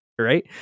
Right